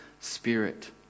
spirit